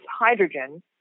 hydrogen